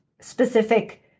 specific